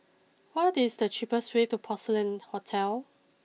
what is the cheapest way to Porcelain Hotel